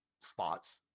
spots